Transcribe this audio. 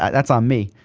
that's on me,